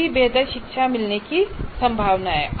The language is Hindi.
तभी बेहतर शिक्षा मिलने की संभावना है